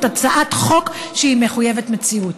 זאת הצעת חוק שהיא מחויבת מציאות.